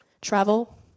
Travel